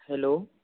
hello